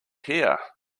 here